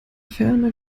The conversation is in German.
ferne